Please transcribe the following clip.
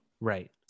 Right